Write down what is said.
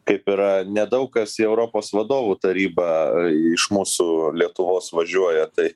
kaip yra nedaug kas į europos vadovų tarybą iš mūsų lietuvos važiuoja tai